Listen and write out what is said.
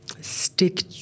stick